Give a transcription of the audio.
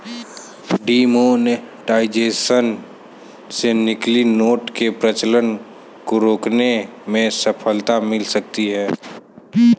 demonetisation से नकली note के प्रचलन को रोकने में सफलता मिल सकती है